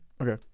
Okay